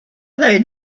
they